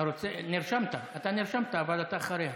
עכשיו?